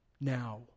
now